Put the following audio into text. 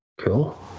Cool